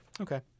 Okay